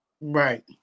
right